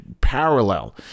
parallel